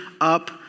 up